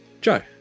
Joe